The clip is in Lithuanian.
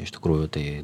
iš tikrųjų tai